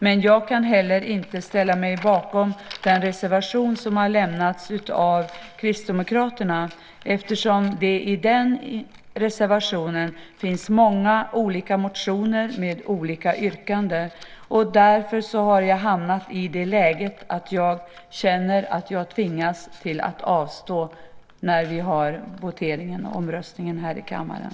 Men jag kan heller inte ställa mig bakom den reservation som har lämnats av Kristdemokraterna eftersom det i den reservationen finns många olika motioner med olika yrkanden. Därför har jag hamnat i det läget att jag känner att jag tvingas att avstå när vi har omröstningen i kammaren.